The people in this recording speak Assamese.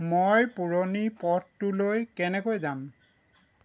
মই পুৰণি পথটোলৈ কেনেকৈ যাম